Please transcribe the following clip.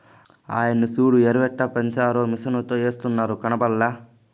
ఆయన్ని సూడు ఎరుయెట్టపెంచారో మిసనుతో ఎస్తున్నాడు కనబల్లా